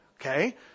Okay